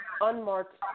unmarked